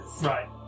Right